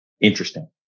interesting